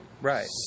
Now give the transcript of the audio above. Right